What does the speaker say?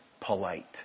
polite